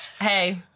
hey